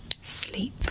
Sleep